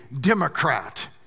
Democrat